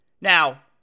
Now